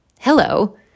Hello